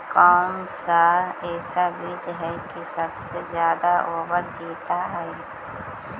कौन सा ऐसा बीज है की सबसे ज्यादा ओवर जीता है?